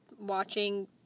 watching